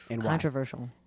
Controversial